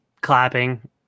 clapping